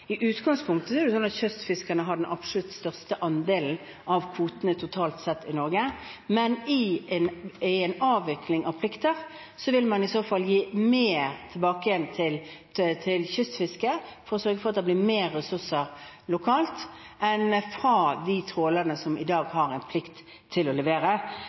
I utgangspunktet er det slik at kystfiskerne har den absolutt største andelen av kvotene totalt sett i Norge, men i en avvikling av plikter vil man i så fall gi mer tilbake igjen til kystfisket, for å sørge for at det blir mer ressurser lokalt enn fra de trålerne som i dag har en plikt til å levere.